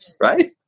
right